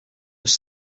was